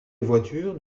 voitures